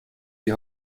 die